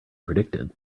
predicted